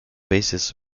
basis